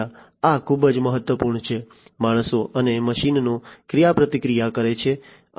આ ખૂબ જ મહત્વપૂર્ણ છે માણસો અને મશીનનો ક્રિયાપ્રતિક્રિયા કરે છે